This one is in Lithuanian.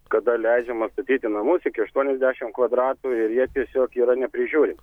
kada leidžiama statyti namus iki aštuoniasdešim kvadratų ir jie tiesiog yra neprižiūri